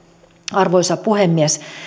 arvoisa puhemies